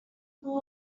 full